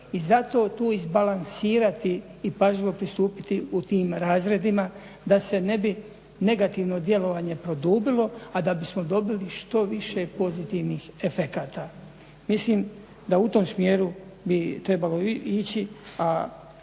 i zato tu izbalansirati i pažljivo pristupiti u tim razredima da se ne bi negativno djelovanje produbilo, a da bismo dobili što više pozitivnih efekata. Mislim da u tom smjeru bi trebalo ići